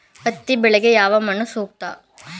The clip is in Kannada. ಹತ್ತಿ ಬೆಳೆಗೆ ಯಾವ ಮಣ್ಣು ಸೂಕ್ತ?